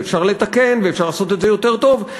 ואפשר לתקן ואפשר לעשות את זה יותר טוב.